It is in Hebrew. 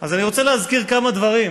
אז אני רוצה להזכיר כמה דברים: